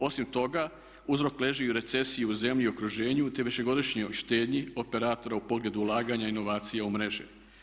Osim toga, uzrok leži i u recesiji u zemlji i u okruženju te višegodišnjoj štednji operatora u pogledu ulaganja i inovacija u mreži.